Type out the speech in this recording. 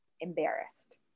embarrassed